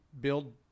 build